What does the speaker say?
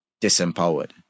disempowered